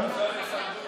התפקר, מה?